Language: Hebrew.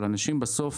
אבל בסוף